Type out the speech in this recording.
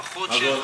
לפחות,